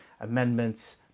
amendments